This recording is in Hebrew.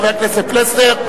חבר הכנסת פלסנר,